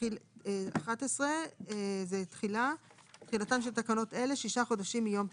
תחילה ותחולה 11. תחילתן של תקנות אלה שישה חודשים מיום פרסומן.